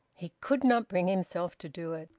he could not bring himself to do it.